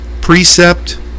precept